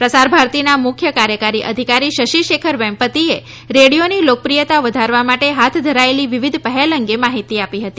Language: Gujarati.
પ્રસાર ભારતીના મુખ્ય કાર્યકારી અધિકારી શશી શેખર વેમ્પતી એ રેડિયોની લોકપ્રિયતા વધારવા માટે હાથ ધરાયેલી વિવિધ પહેલ અંગે માહિતી આપી હતી